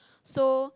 so